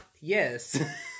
Yes